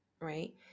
right